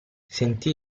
sentì